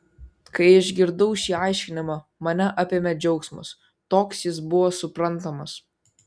kai išgirdau šį aiškinimą mane apėmė džiaugsmas toks jis buvo suprantamas